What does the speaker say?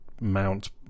mount